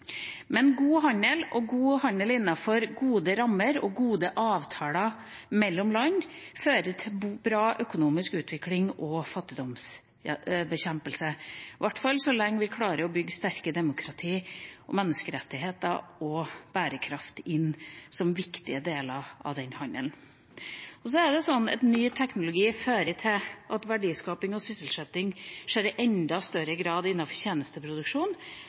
God handel innenfor gode rammer og gode avtaler mellom land fører til god økonomisk utvikling og fattigdomsbekjempelse, i hvert fall så lenge vi klarer å bygge inn sterke demokratier, menneskerettigheter og bærekraft som viktige deler av handelen. Ny teknologi fører til at verdiskaping og sysselsetting skjer i enda større grad